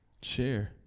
share